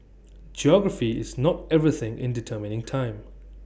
geography is not everything in determining time